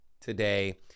today